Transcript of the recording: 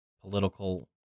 political